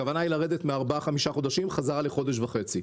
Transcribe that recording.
הכוונה היא לרדת מארבעה חמישה חודשים בחזרה לחודש וחצי,